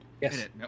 Yes